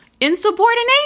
Insubordination